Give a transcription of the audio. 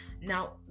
Now